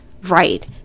right